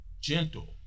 gentle